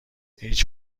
هیچ